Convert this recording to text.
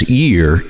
year